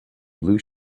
blue